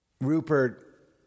Rupert